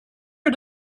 are